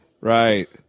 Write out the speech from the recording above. right